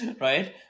right